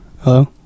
Hello